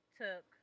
took